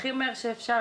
הכי מהר שאפשר,